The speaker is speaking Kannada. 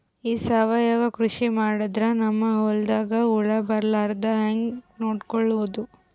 ಈ ಸಾವಯವ ಕೃಷಿ ಮಾಡದ್ರ ನಮ್ ಹೊಲ್ದಾಗ ಹುಳ ಬರಲಾರದ ಹಂಗ್ ನೋಡಿಕೊಳ್ಳುವುದ?